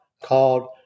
called